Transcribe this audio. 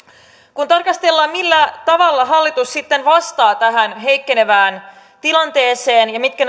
kun tarkastellaan millä tavalla hallitus sitten vastaa tähän heikkenevään tilanteeseen ja mitkä